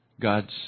God's